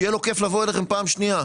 שיהיה לו כיף לבוא אליכם פעם שנייה.